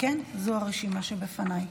זו הרשימה שבפניי.